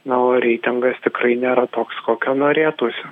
na o reitingas tikrai nėra toks kokio norėtųsi